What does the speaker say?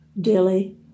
daily